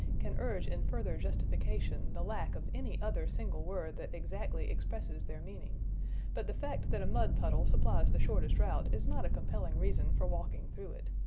can urge in further justification the lack of any other single word that exactly expresses their meaning but the fact that a mud-puddle supplies the shortest route is not a compelling reason for walking through it.